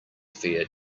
fear